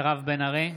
מירב בן ארי,